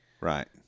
Right